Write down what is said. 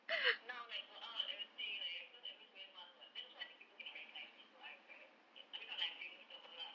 now like go out everything like because everyone wear mask [what] then also I think people cannot recognise me so I'm quite happy like I mean not like I famous ke apa lah